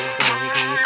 baby